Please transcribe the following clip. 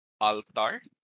altar